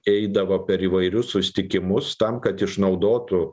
eidavo per įvairius susitikimus tam kad išnaudotų